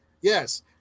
Yes